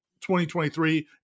2023